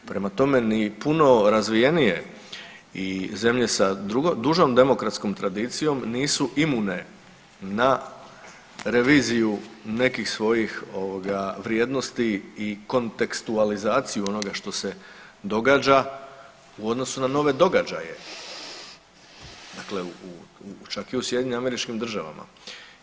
Prema tome ni puno razvijenije i zemlje sa dužom demokratskom tradicijom nisu imune na reviziju nekih svojih vrijednosti i kontekstualizaciju onoga što se događa u odnosu na nove događaje, dakle čak i u SAD-u.